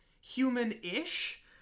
human-ish